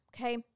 okay